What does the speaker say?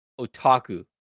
Otaku